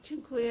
Dziękuję.